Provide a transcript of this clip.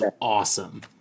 awesome